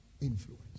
influence